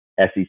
SEC